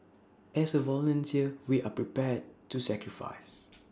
as A volunteer we are prepared to sacrifice